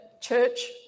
church